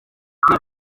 kuri